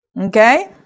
Okay